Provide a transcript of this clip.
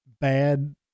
bad